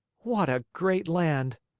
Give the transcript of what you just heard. what a great land!